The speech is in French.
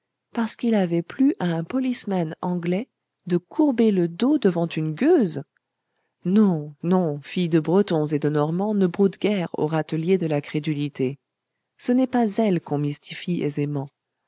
parce qu'il avait plu à un policeman anglais de courber le dos devant une gueuse non non filles de bretons et de normands ne broutent guère au râtelier de la crédulité ce n'est pas elles qu'on mystifie aisément